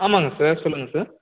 ஆமாங்க சார் சொல்லுங்க சார்